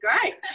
great